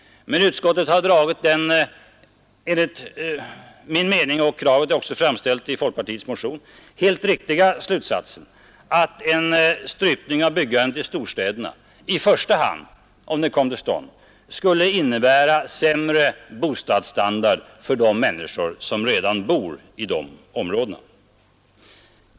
Men utskottet har dragit den enligt min mening — och kravet är också framställt i folkpartiets motion — helt riktiga slutsatsen att en strypning av byggandet i storstäderna i första hand, om den kom till stånd, skulle innebära sämre bostadsstandard för de människor som redan bor i dessa områden.